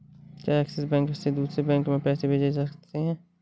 क्या Axis bank से दूसरे बैंक में पैसे भेजे जा सकता हैं?